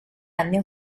anni